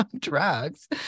drugs